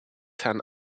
herrn